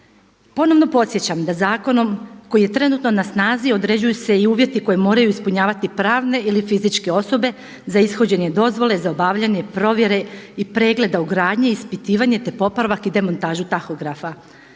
Ponovno podsjećam da zakonom koji je trenutno na snazi određuju se i uvjeti koje moraju ispunjavati pravne ili fizičke osobe za ishođenje dozvole za obavljanje provjere i pregleda ugradnje, ispitivanje, te popravak i demontažu tahografa